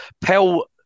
Pell